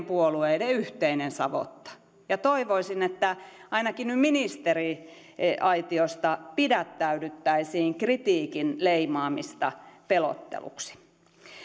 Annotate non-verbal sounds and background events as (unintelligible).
(unintelligible) puolueiden yhteinen savotta ja toivoisin että ainakin ministeriaitiosta pidättäydyttäisiin kritiikin leimaamisesta pelotteluksi